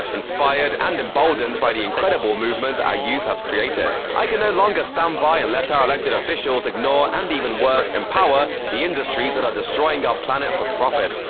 inspired and emboldened by the incredible movement our youth have created. i can no longer stand by and let ah our elected officials ignore, and even worse, empower, the industries that are destroying our planet for profit.